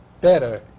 better